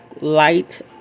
light